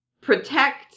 protect